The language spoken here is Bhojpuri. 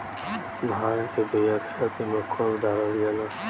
धान के बिया खेत में कब डालल जाला?